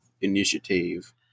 initiative